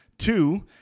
Two